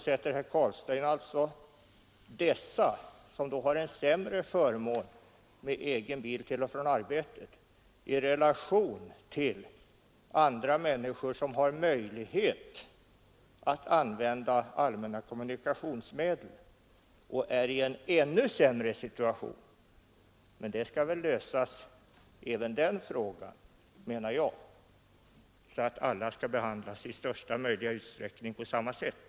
Sedan jämför han dessa, som har en sämre förmån i och med att de använder egen bil till och från arbetet, med andra människor som har möjlighet att använda allmänna kommunikationsmedel och som är i en ännu sämre situation. Men även detta problem borde kunna lösas så att alla i största möjliga utsträckning behandlas på samma sätt.